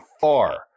far